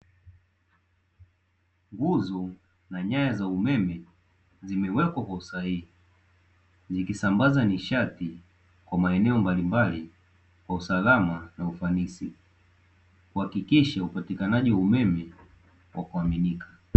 Nguzo na nyaya za umeme zimewekwa kwa usahihi zikisambaza nishati kwa maeneo mbalimbali kwa usalama na ufanisi, kuhakikisha upatikanaji wa umeme wakuaminika.